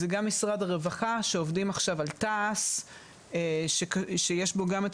זה גם משרד הרווחה שעובדים עכשיו על תע"ס שיש בו גם את